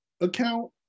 account